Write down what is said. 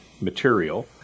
material